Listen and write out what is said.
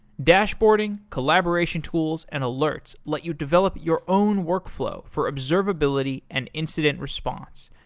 dashboarding, collaboration tools, and alerts let you develop your own workflow for observability and incident response.